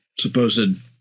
supposed